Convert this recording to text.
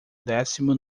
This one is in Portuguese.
décimo